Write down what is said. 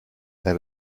they